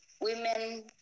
Women